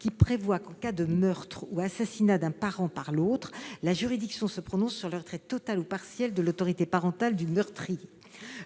qui prévoit qu'en cas de meurtre ou assassinat d'un parent par l'autre, la juridiction se prononce sur le retrait total ou partiel de l'autorité parentale du meurtrier.